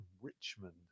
Richmond